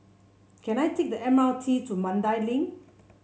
can I take the M R T to Mandai Link